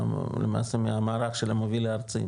מערך של המוביל הארצי,